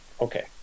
Okay